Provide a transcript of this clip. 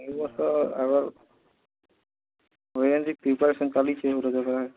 ଏଇ ବର୍ଷ ଆଗର ଓ ଏନ୍ ଜି ପ୍ରିପେୟାରସନ୍ ଚାଲିଛି ଆଉ ରୋଜଗାର